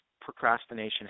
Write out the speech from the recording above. procrastination